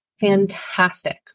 fantastic